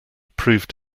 proved